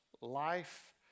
life